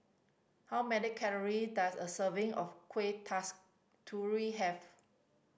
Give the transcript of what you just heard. how many calory does a serving of Kuih Kasturi have